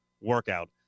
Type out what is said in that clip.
workout